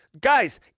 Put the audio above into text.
Guys